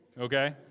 okay